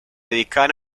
dedicaban